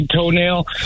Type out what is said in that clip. toenail